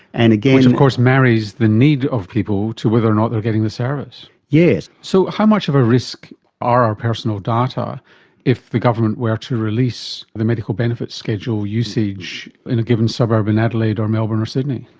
and of course marries the need of people to whether or not they are getting the service. yes. so how much of a risk are our personal data if the government were to release the medical benefits schedule usage in a given suburb in adelaide or melbourne or sydney?